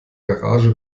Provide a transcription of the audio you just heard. garage